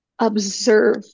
observe